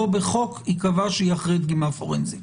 בחוק ייקבע שהיא אחרי דגימה פורנזית.